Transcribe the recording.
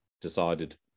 decided